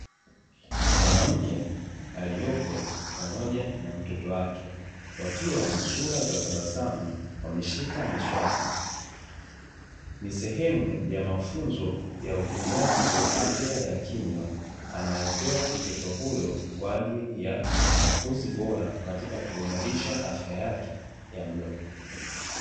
Mwanamke aliopo pamoja na mtoto wake wakiwa na sura za tabasamu ameshika miswaki, ni sehemu ya mafunzo ya utunzaji wa afya ya kinywa anayopewa mtoto huyo kwa ajili ya makuzi bora katika kuimarisha afya yake ya mdomo.